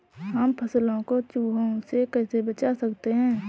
हम फसलों को चूहों से कैसे बचा सकते हैं?